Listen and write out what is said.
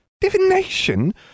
Divination